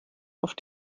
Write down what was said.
auf